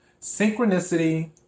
synchronicity